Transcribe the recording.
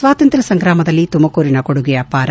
ಸ್ವಾತಂತ್ರ್ಯ ಸಂಗ್ರಾಮದಲ್ಲಿ ತುಮಕೂರಿನ ಕೊಡುಗೆ ಅಪಾರ